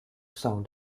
sound